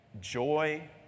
joy